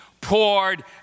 poured